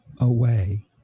away